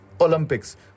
Olympics